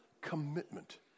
commitment